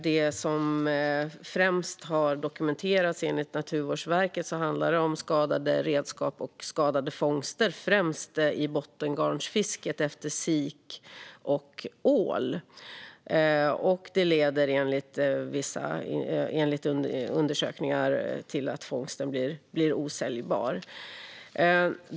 Det som främst har dokumenterats är enligt Naturvårdsverket skador på redskap och fångster, främst i bottengarnsfisket efter sik och ål. Detta leder enligt undersökningar till att fångsten blir osäljbar.